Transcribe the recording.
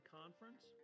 conference